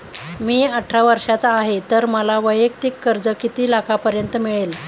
मी अठरा वर्षांचा आहे तर मला वैयक्तिक कर्ज किती लाखांपर्यंत मिळेल?